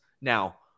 Now